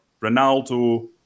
Ronaldo